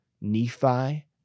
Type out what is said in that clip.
Nephi